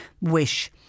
wish